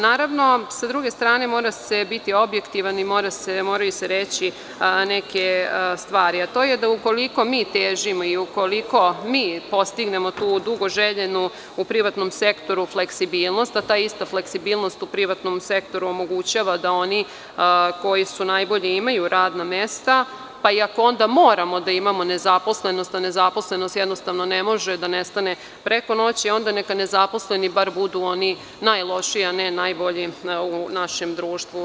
Naravno, sa druge strane mora se biti objektivan i moraju se reći neke stvari, a to je ukoliko mi težimo i ukoliko mi postignemo tu dugo željenu u privatnom sektoru fleksibilnost, a ta ista fleksibilnost u privatnom sektoru omogućava da oni koji su najbolji imaju radna mesta, pa ako onda i moramo da imamo nezaposlenost, a nezaposlenost jednostavno ne može da nestane preko noći, onda neka nezaposleni onda bar budu oni najlošiji, a ne najbolji u našem društvu.